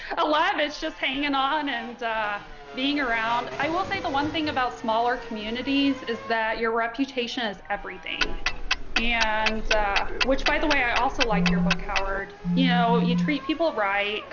alive it's just hanging on and being around i will say the one thing about smaller communities is that your reputation is everything and which by the way i also liked like your book howard you know you treat people right,